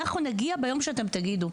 אנחנו נגיע ביום שאתם תגידו.